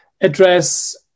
address